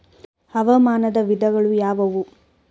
ಹವಾಮಾನದ ವಿಧಗಳು ಯಾವುವು?